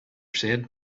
said